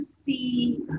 see